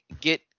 get